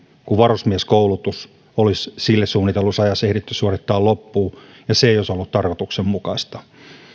kuin varusmieskoulutus olisi sille suunnitellussa ajassa ehditty suorittaa loppuun ja se ei olisi ollut tarkoituksenmukaista